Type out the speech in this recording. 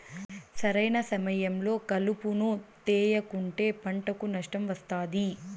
సరైన సమయంలో కలుపును తేయకుంటే పంటకు నష్టం వస్తాది